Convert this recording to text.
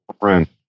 friend